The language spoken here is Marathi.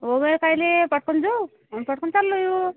ओ वेळ कायले पटकन जऊ अन् पटकन चाललं यू